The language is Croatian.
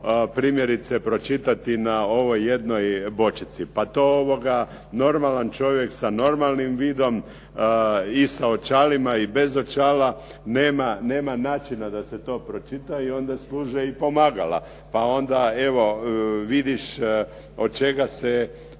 primjerice pročitati na ovoj jednoj bočici. Pa to normalan čovjek sa normalnim vidom i sa očalima i bez očala nema načina da se to pročita i onda služe i pomagala, pa onda evo vidiš od čega